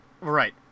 Right